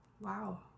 wow